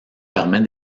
permet